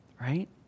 right